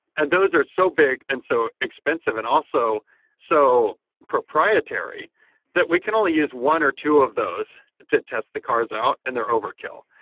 and those are so big and so expensive, and also so proprietary that we can only use one or two of those to test the cars out and their overkill.